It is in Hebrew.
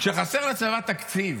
כשחסר לצבא תקציב,